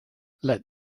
let